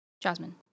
Jasmine